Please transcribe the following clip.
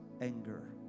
anger